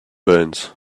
burns